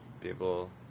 people